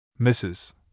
Mrs